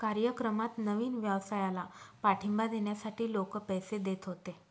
कार्यक्रमात नवीन व्यवसायाला पाठिंबा देण्यासाठी लोक पैसे देत होते